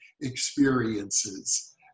experiences